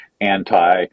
anti